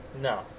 No